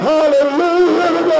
Hallelujah